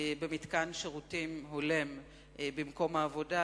במתקן שירותים הולם במקום העבודה,